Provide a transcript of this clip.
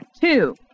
Two